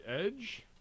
edge